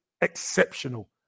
exceptional